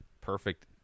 perfect